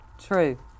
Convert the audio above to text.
True